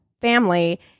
family